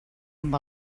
amb